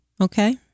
Okay